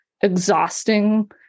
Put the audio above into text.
exhausting